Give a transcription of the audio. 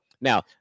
Now